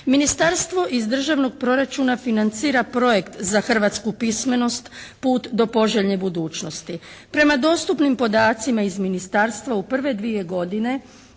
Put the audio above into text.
Ministarstvo iz državnog proračuna financira projekt za hrvatsku pismenost "Put do poželjne budućnosti". Prema dostupnim podacima iz ministarstva u prve dvije godine